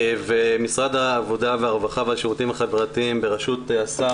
ומשרד העבודה והרווחה והשירותים החברתיים ברשות השר,